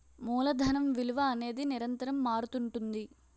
మూలధనం విలువ అనేది నిరంతరం మారుతుంటుంది